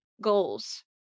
goals